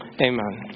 Amen